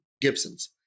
Gibsons